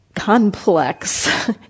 complex